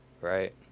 right